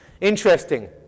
Interesting